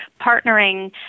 partnering